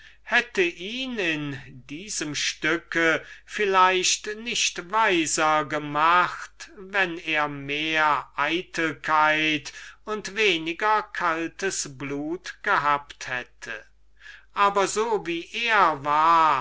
hätte ihn in diesem stücke vielleicht nicht weiser gemacht wenn er mehr eitelkeit und weniger kaltes blut gehabt hätte aber so wie er war